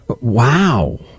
Wow